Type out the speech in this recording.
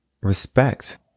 Respect